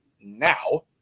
now